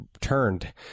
turned